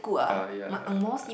ah ya